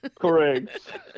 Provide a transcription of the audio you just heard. Correct